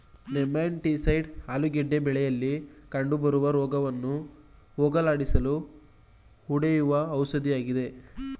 nematicides ಆಲೂಗೆಡ್ಡೆ ಬೆಳೆಯಲಿ ಕಂಡುಬರುವ ರೋಗವನ್ನು ಹೋಗಲಾಡಿಸಲು ಹೊಡೆಯುವ ಔಷಧಿಯಾಗಿದೆ